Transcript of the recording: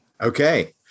Okay